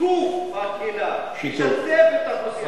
שיתוף הקהילה, לשתף את האוכלוסייה.